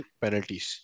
penalties